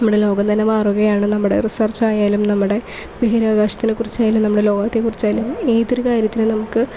നമ്മുടെ ലോകം തന്നെ മാറുകയാണ് നമ്മുടെ റീസെർച്ച് ആയാലും നമ്മുടെ ബഹിരാകാശത്തിനെ കുറിച്ചായാലും നമ്മളെ ലോകത്തെ കുറിച്ചായാലും ഏതൊരു കാര്യത്തിനും നമുക്ക്